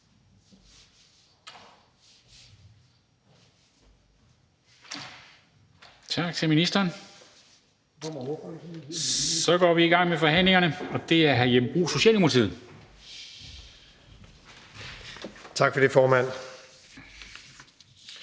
tak til ministeren. Nu går vi i gang med forhandlingerne, og det er hr. Jeppe Bruus, Socialdemokratiet. Kl. 16:41 (Ordfører)